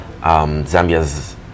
Zambia's